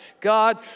God